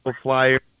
flyer